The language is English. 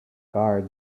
guard